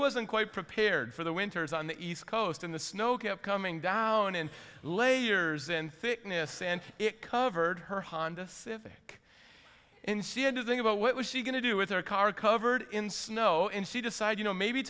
wasn't quite prepared for the winters on the east coast in the snow kept coming down in layers and thickness and it covered her hondas civic instead of think about what was she going to do with her car covered in snow in she decided you know maybe